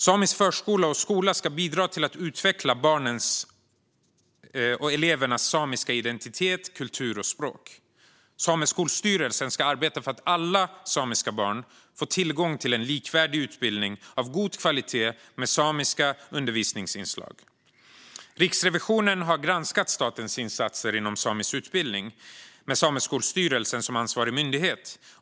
Samisk förskola och skola ska bidra till att utveckla barnens och elevernas samiska identitet, kultur och språk. Sameskolstyrelsen ska arbeta för att alla samiska barn får tillgång till en likvärdig utbildning av god kvalitet med samiska undervisningsinslag. Riksrevisionen har granskat statens insatser inom samisk utbildning med Sameskolstyrelsen som ansvarig myndighet.